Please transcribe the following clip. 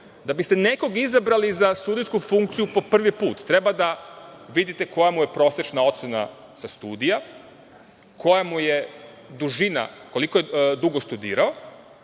da biste nekog izabrali za sudijsku funkciju po prvi put, treba da vidite koja mu je prosečna ocena sa studija, koliko je dugo studirao